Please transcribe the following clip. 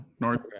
North